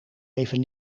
even